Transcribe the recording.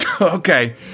Okay